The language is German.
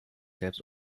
selbst